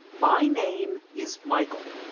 my name is michael.